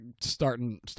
starting